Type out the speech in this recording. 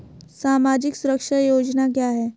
सामाजिक सुरक्षा योजना क्या है?